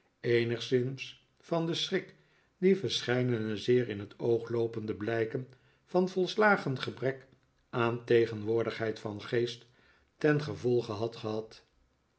eenigszins van den schrik die verscheidene zeer in het oog loopehde blijken van volslagen gebrek aan tegenwoordigheid van geest ten gevolge had gehad